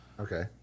Okay